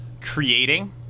creating